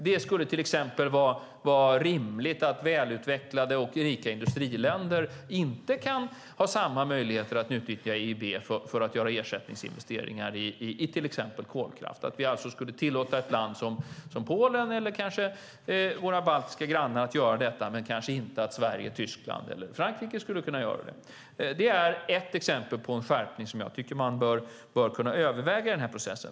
Det skulle till exempel vara rimligt att välutvecklade och rika industriländer inte kan ha samma möjligheter att utnyttja EIB för att göra ersättningsinvesteringar i till exempel kolkraft, att vi ska tillåta ett land som Polen eller våra baltiska grannar att göra detta men inte att Sverige, Tyskland eller Frankrike kan göra det. Det är ett exempel på en skärpning som jag tycker att vi bör överväga i processen.